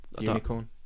Unicorn